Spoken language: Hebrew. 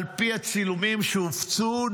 על פי הצילומים שהופצו,